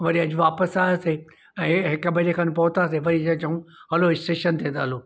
वरी अॼु वापिसि आयासीं हिकु बजे खनि पहुंतासीं वरी छा चऊं हलो स्टेशन ते था हलूं